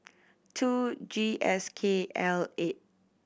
two G S K L eight